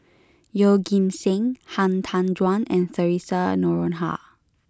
Yeoh Ghim Seng Han Tan Juan and Theresa Noronha